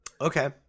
Okay